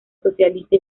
socialista